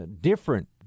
different